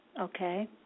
Okay